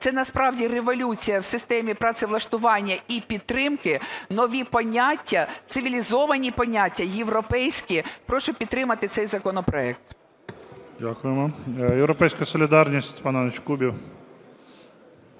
Це насправді революція в системі працевлаштування і підтримки, нові поняття, цивілізовані поняття європейські. Прошу підтримати цей законопроект. ГОЛОВУЮЧИЙ. Дякуємо. "Європейська солідарність", Степан Іванович Кубів.